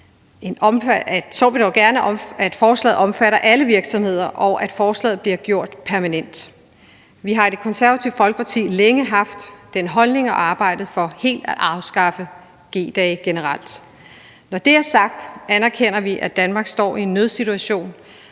så vi dog gerne, at forslaget omfattede alle virksomheder, og at forslaget blev gjort permanent. Vi har i Det Konservative Folkeparti længe haft den holdning, at man helt skulle afskaffe G-dage generelt, og arbejdet for det. Når det er sagt, anerkender vi, at Danmark står i en nødsituation,